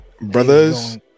brothers